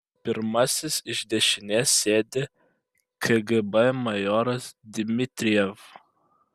pirmasis iš dešinės sėdi kgb majoras dmitrijev